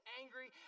angry